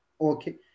okay